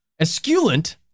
esculent